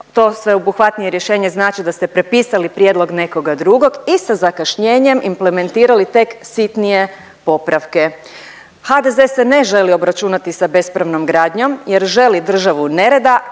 to sveobuhvatnije rješenje znači da ste prepisali prijedlog nekoga drugog i sa zakašnjenjem implementirali tek sitnije popravke. HDZ se ne želi obračunati sa bespravnom gradnjom jer želi državu nereda,